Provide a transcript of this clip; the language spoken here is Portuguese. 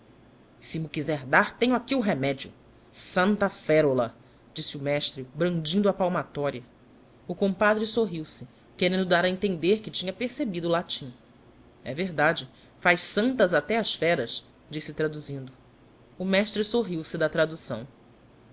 se m'o quizer dar tenho aqui o remédio santa ferulat dise o mestre brandindo a palmatória o compadre sorriu-se querendo dar a entender que tinha percebido o latim e verdade faz santas até as feras disse traduzindo o mestre sorriu-se da traducçâo